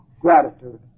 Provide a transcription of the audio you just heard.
gratitude